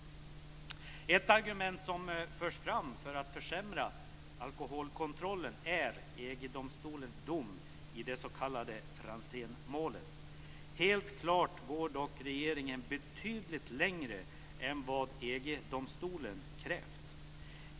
Ett argument som förs fram för att försämra alkoholkontrollen är EG-domstolens dom i det s.k. Franzénmålet. Helt klart går dock regeringen betydligt längre än vad EG-domstolen krävt.